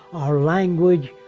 our language.